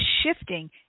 shifting